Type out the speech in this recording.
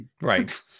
Right